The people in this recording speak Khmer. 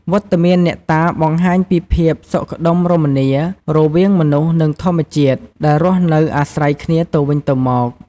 វត្តមានអ្នកតាបង្ហាញពីភាពសុខដុមរមនា រវាងមនុស្សនិងធម្មជាតិ ដែលរស់នៅអាស្រ័យគ្នាទៅវិញទៅមក។